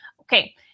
okay